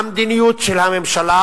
המדיניות של הממשלה,